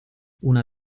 una